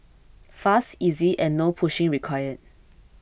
fast easy and no pushing required